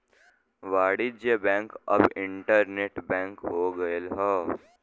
वाणिज्य बैंक अब internet bank हो गयल हौ